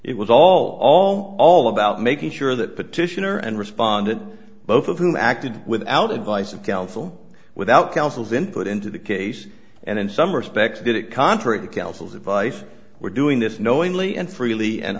it was all all all about making sure that petitioner and respondent both of whom acted without advice of counsel without counsel's input into the case and in some respects did it contrary to counsel's advice were doing this knowingly and freely and